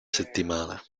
settimana